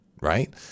right